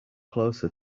closer